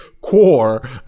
core